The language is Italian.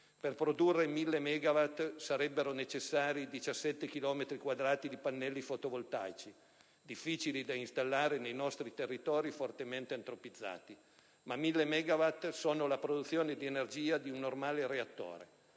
Per produrre 1.000 megawatt sarebbero necessari 17 chilometri quadrati di pannelli fotovoltaici, difficili da installare nei nostri territori fortemente antropizzati. Ma 1.000 megawatt sono la produzione di energia di un normale reattore.